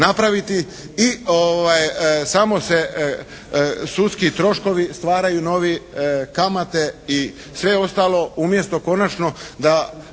I samo se sudski troškovi stvaraju novi, kamate i sve ostalo, umjesto konačno da